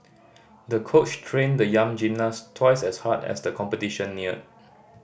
the coach trained the young gymnast twice as hard as the competition neared